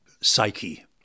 psyche